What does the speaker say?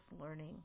learning